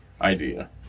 idea